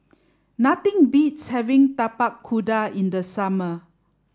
nothing beats having Tapak Kuda in the summer